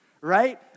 right